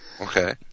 Okay